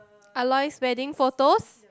I like spreading photos